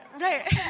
Right